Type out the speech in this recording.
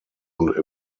und